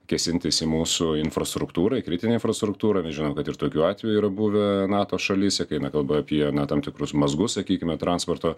kėsintis į mūsų infrastruktūrą į kritinę infrastruktūrą mes žinom kad ir tokių atvejų yra buvę nato šalyse kai eina kalba apie na tam tikrus mazgus sakykime transporto